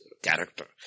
character